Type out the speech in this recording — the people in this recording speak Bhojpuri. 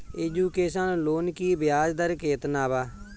एजुकेशन लोन की ब्याज दर केतना बा?